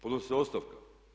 Podnosi se ostavka.